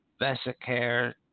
Vesicare